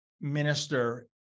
minister